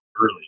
early